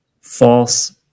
false